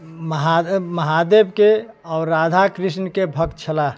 महादेव के आओर राधाकृष्ण के भक्त छलाह